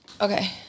okay